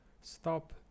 stop